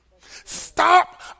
Stop